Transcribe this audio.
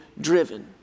driven